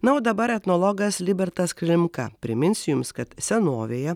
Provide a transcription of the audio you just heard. na o dabar etnologas libertas klimka primins jums kad senovėje